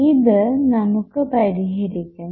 ഇത് നമുക്ക് പരിഹരിക്കണം